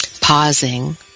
pausing